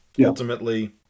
ultimately